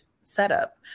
setup